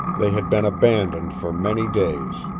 they had been abandoned for many days,